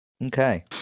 Okay